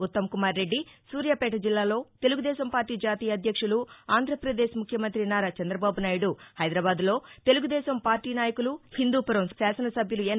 ఉత్తమకుమార్ రెద్ది సూర్యాపేట జిల్లాలో తెలుగుదేశం పార్టీ జాతీయ అధ్యక్షులు ఆంధ్రప్రదేశ్ ముఖ్యమంతి నారా చంద్రబాబునాయుడు హైదరాబాద్లో తెలుగుదేశం పార్లీ నాయకులు హిందూపురం శాసనసభ్యులు ఎన్